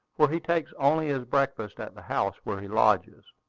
for he takes only his breakfast at the house where he lodges.